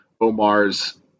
Omar's